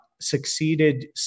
succeeded